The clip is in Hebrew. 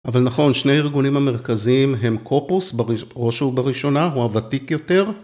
אבל נכון, שני הארגונים המרכזיים הם קופוס בראש ובראשונה, הוא הוותיק יותר.